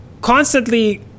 Constantly